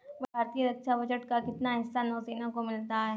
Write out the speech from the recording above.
भारतीय रक्षा बजट का कितना हिस्सा नौसेना को मिलता है?